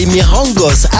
Mirangos